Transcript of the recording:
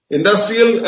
Industrial